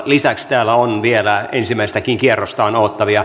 lisäksi täällä on vielä ensimmäistäkin kierrostaan odottavia